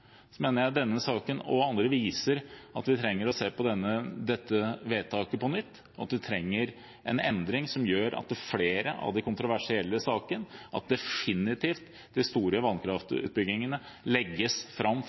viser at vi trenger å se på dette vedtaket på nytt, og at vi trenger en endring som gjør at flere av de kontroversielle sakene, og definitivt de store vannkraftutbyggingene, legges fram